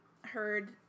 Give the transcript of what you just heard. heard